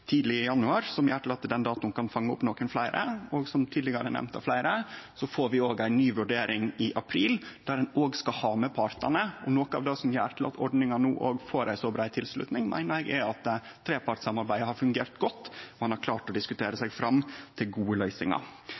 den datoen kan fange opp nokon fleire. Som tidlegare nemnt av fleire, får vi ei ny vurdering i april, der ein òg skal ha med partane. Noko av det som gjer at ordninga no får ei så brei tilslutning, meiner eg er at trepartssamarbeidet har fungert godt, og at ein har klart å diskutere seg fram til gode løysingar.